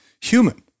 human